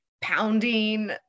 pounding